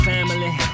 Family